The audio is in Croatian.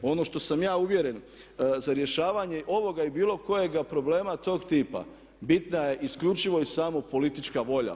Ono što sam ja uvjeren, za rješavanje ovoga i bilo kojega problema tog tipa bitna je isključivo i samo politička volja.